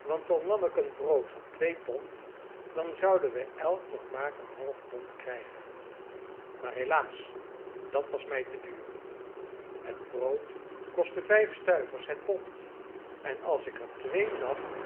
want al nam ik een brood van twee pond dan zouden we elk nog maar een half pond krijgen maar helaas dat was mij te duur het brood kostte vijf stuivers het pond en als ik er twee nam